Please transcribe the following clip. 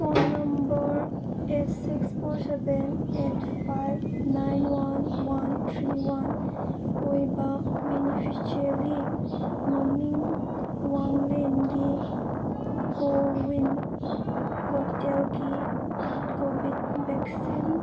phone number eight six four seven eight five nine one one three one ꯑꯣꯏꯕ beneficiary ꯃꯃꯤꯡ ꯋꯥꯡꯂꯦꯟꯒꯤ CoWIN ꯄꯣꯔꯇꯦꯜꯒꯤ covid vaccine